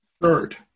Third